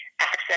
Access